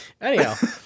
Anyhow